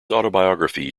autobiography